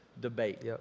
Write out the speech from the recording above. debate